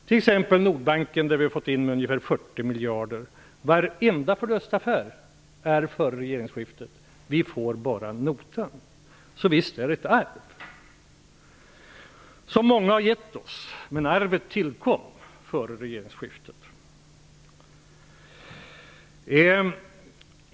Ett exempel är Nordbanken, där vi har fått in ungefär 40 miljarder. Varenda förlustaffär gjordes före regeringsskiftet. Vi får bara notan. Visst är det ett arv! Arvet tillkom före regeringsskiftet.